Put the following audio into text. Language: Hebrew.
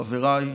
חבריי,